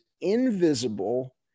invisible